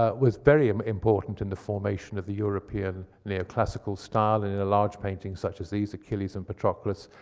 ah was very um important in the formation of the european near classical style, in a large painting such as these, achilles and petroclus,